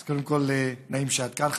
אז, קודם כול, נעים שאת כאן.